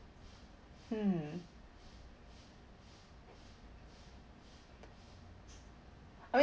hmm I mean